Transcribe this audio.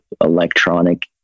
electronic